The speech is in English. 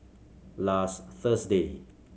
last Thursday